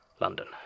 London